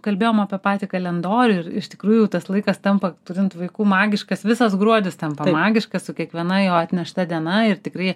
kalbėjom apie patį kalendorių ir iš tikrųjų tas laikas tampa turint vaikų magiškas visas gruodis tampa magiškas su kiekviena jo atnešta diena ir tikrai